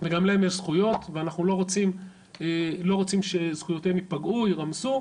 וגם להם יש זכויות ואנחנו לא רוצים שזכויותיהם ייפגעו או יירמסו.